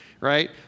Right